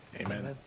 Amen